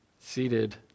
seated